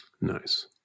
Nice